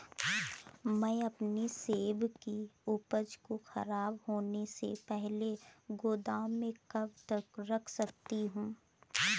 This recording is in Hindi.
मैं अपनी सेब की उपज को ख़राब होने से पहले गोदाम में कब तक रख सकती हूँ?